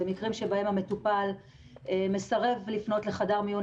זה מקרים שבהם המטופל מסרב לפנות לחדר מיון,